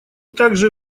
также